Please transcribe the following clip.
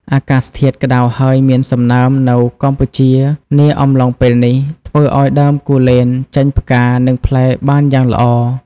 អាកាសធាតុក្ដៅហើយមានសំណើមនៅកម្ពុជានាអំឡុងពេលនេះ ធ្វើឲ្យដើមគូលែនចេញផ្កា និងផ្លែបានយ៉ាងល្អ។